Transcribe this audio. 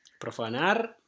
Profanar